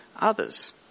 others